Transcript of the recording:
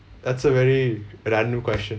that's a very random question